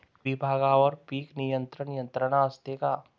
विभागवार पीक नियंत्रण यंत्रणा असते का?